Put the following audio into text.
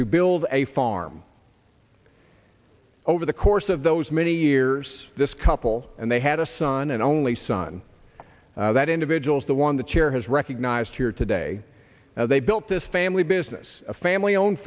to build a farm over the course of those many years this couple and they had a son and only son that individuals the one the chair has recognized here today now they built this family business a family owned